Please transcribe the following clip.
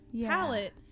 palette